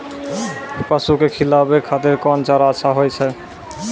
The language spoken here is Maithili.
पसु के खिलाबै खातिर कोन चारा अच्छा होय छै?